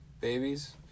babies